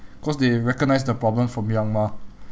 cause they recognise the problem from young mah